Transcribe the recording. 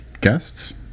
guests